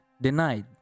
denied